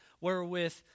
wherewith